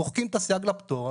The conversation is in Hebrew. מוחקים את הסייג לפטור,